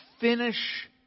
finish